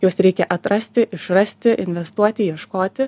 juos reikia atrasti išrasti investuoti ieškoti